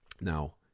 Now